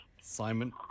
Simon